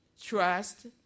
trust